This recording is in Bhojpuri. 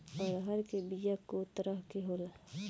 अरहर के बिया कौ तरह के होला?